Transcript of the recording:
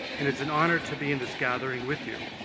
and it is an honor to be in this gathering with you.